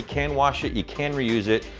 can wash it, you can reuse it,